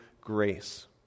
grace